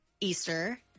Easter